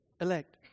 Elect